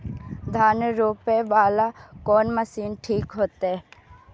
धान रोपे वाला कोन मशीन ठीक होते?